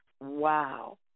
wow